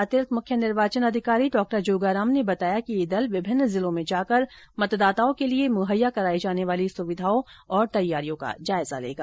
अतिरिक्त मुख्य निर्वाचन अधिकारी डॉ जोगाराम ने बताया कि यह दल विभिन्न जिलों में जाकर मतदाताओं के लिए मुहैया कराई जाने वाली सुविधाओं और तैयारियों का जायजा लेगा